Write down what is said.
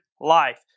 life